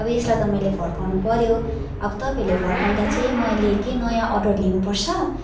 अब यसलाई त मैले फर्काउनु पऱ्यो अब तपाईँहरूले फर्काउँदा चाहिँ मैले के नयाँ अर्डर लिनु पर्छ